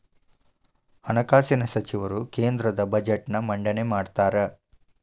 ಹಣಕಾಸಿನ ಸಚಿವರು ಕೇಂದ್ರದ ಬಜೆಟ್ನ್ ಮಂಡನೆ ಮಾಡ್ತಾರಾ